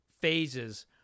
phases